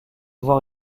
voir